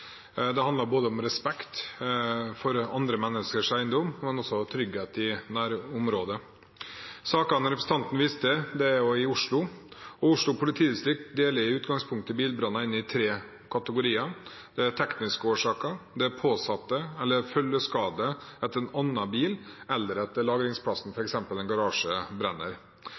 Det handler om respekt for andre menneskers eiendom, men også om trygghet i nærområdet. Sakene representanten viste til, er jo i Oslo, og Oslo politidistrikt deler i utgangspunktet bilbranner inn i tre kategorier: tekniske årsaker, brannene er påsatt, eller det er følgeskade etter at en annen bil eller lagringsplassen, f.eks. en garasje, brenner.